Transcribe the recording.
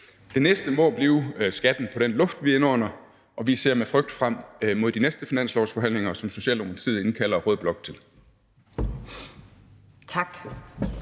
Det næste må blive en skat på den luft, vi indånder, og vi ser med frygt frem mod de næste finanslovsforhandlinger, som Socialdemokratiet indkalder rød blok til.